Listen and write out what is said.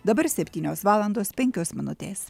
dabar septynios valandos penkios minutės